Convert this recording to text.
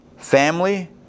Family